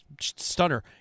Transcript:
Stunner